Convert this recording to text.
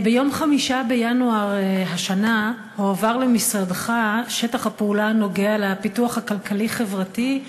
ביום 5 בינואר השנה הועבר למשרדך שטח הפעולה הנוגע לפיתוח הכלכלי-חברתי,